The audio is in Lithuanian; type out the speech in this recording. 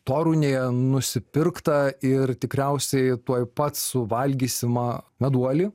torūnėje nusipirktą ir tikriausiai tuoj pat suvalgysimą meduolį